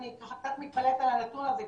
אני קצת מתפלאת על הנתון הזה,